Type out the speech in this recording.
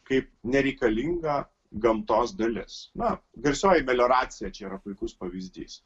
kaip nereikalinga gamtos dalis na garsioji melioracija čia yra puikus pavyzdys